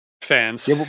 fans